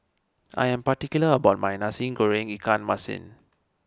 I am particular about my Nasi Goreng Ikan Masin